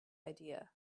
idea